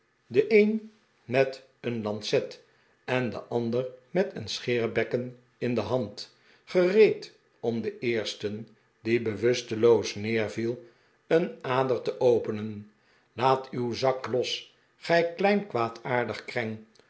de een met een lancet en de ander met een scheerbekken in de hand gereed om den eersten die bewusteloos neerviel een ader te openen laat uw zak los gij klein kwaadaardig kreng